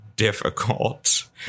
Difficult